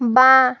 বাঁ